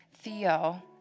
Theo